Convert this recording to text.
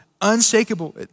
unshakable